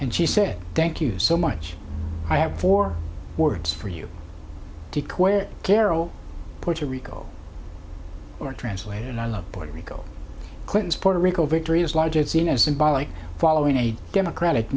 and she said thank you so much i have four words for you to quit carole puerto rico are translated and i love puerto rico clinton's puerto rico victory is large it's seen as symbolic following a democratic